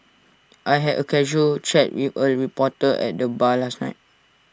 I had A casual chat with A reporter at the bar last night